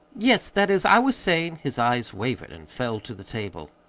yes. that is, i was saying his eyes wavered and fell to the table.